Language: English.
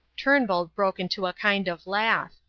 turnbull broke into a kind of laugh.